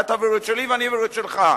אתה תעביר את שלי ואני אעביר את שלך,